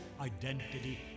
identity